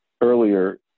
earlier